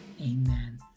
Amen